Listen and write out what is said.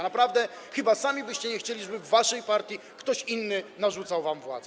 Naprawdę chyba sami byście nie chcieli, żeby w waszej partii ktoś inny narzucał wam władzę.